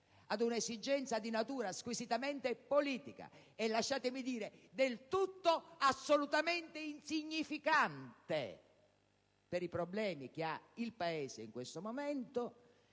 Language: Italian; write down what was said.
ad un'esigenza di natura squisitamente politica e - lasciatemi dire - assolutamente insignificante rispetto ai problemi che ha il Paese in questo momento,